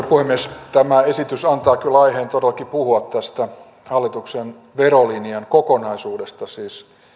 puhemies tämä esitys antaa kyllä aiheen todellakin puhua tästä hallituksen verolinjan kokonaisuudesta siis